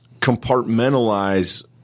compartmentalize